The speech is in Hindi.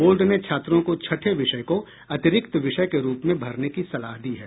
बोर्ड ने छात्रों को छठे विषय को अतिरिक्त विषय के रूप में भरने का सलाह दी है